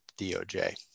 DOJ